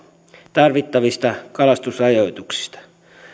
tarvittavista kalastusrajoituksista